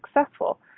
successful